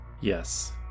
Yes